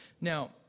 Now